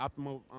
optimal